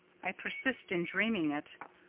i persist in dreaming it,